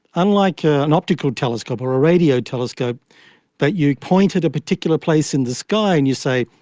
unlike an optical telescope or a radio telescope that you point at a particular place in the sky and you say,